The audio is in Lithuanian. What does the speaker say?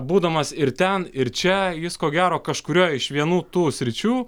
būdamas ir ten ir čia jis ko gero kažkurioj iš vienų tų sričių